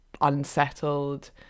unsettled